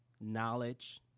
knowledge